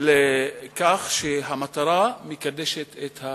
לכך שהמטרה מקדשת את האמצעים.